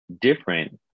different